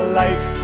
life